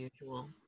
usual